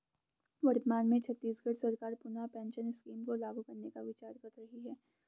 वर्तमान में छत्तीसगढ़ सरकार पुनः पेंशन स्कीम को लागू करने का विचार कर रही है